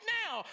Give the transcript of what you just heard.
now